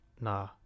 Nah